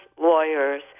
lawyers